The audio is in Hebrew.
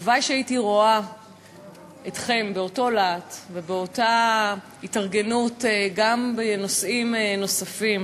הלוואי שהייתי רואה אתכם עם אותו להט ואותה התארגנות גם בנושאים נוספים.